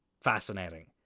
fascinating